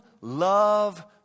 love